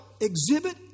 exhibit